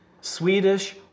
Swedish